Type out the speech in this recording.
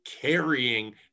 carrying